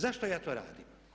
Zašto ja to radim?